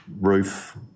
roof